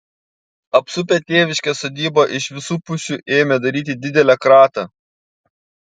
apsupę tėviškės sodybą iš visų pusių ėmė daryti didelę kratą